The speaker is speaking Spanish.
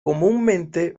comúnmente